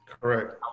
Correct